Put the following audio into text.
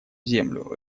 землю